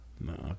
No